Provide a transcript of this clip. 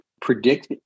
predict